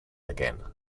again